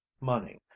money